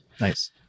Nice